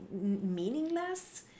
meaningless